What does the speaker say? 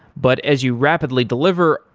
but as you rapidly deliver,